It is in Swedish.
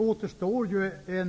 Herr talman!